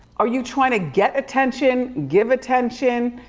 are you trying to get attention, give attention?